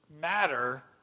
matter